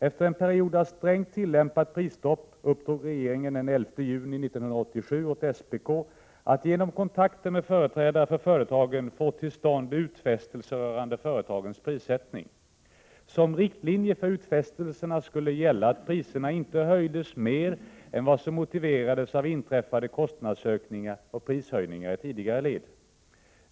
Efter en period av strängt tillämpat prisstopp, uppdrog regeringen den 11 juni 1987 åt SPK att genom kontakter med företrädare för företagen få till stånd utfästelser rörande företagens prissättning. Som riktlinje för utfästelserna skulle gälla att priserna inte höjdes mer än vad som motiverades av inträffade kostnadsökningar och prishöjningar i tidigare led.